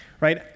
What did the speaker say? right